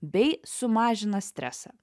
bei sumažina stresą